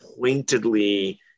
pointedly